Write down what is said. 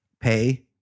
pay